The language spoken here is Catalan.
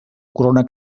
corona